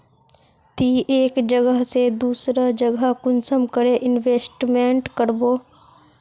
ती एक जगह से दूसरा जगह कुंसम करे इन्वेस्टमेंट करबो?